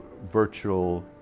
virtual